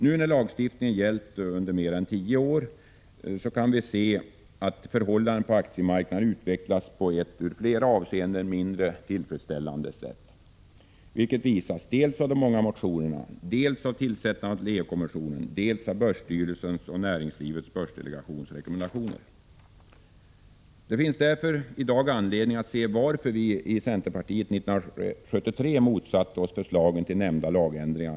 Nu när lagstiftningen gällt under mer än tolv år kan vi se att förhållandena på aktiemarknaden utvecklats på ett i flera avseenden mindre tillfredsställande sätt. Detta visas dels av de många motionerna, dels av tillsättandet av Leo-kommissionen, dels av börsstyrelsens och näringslivets börsdelegations rekommendationer. Det finns därför i dag anledning att se motiven för att vi i centerpartiet 1973 motsatte oss förslagen till nämnda lagändringar.